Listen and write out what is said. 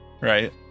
right